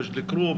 מג'ד אל-כרום,